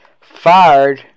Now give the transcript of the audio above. fired